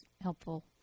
helpful